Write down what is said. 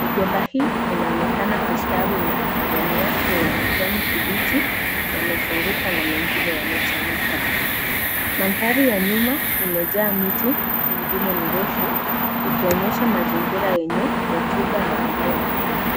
Migomba hii inaonekana kustawi na majani yake ya kijani kibichi yamefunguka na mengine yamechanika. Mandhari ya nyuma imejaa miti mingine mirefu ikionyesha mazingira yenye rutuba na mimea mingi.